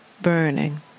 burning